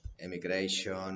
emigration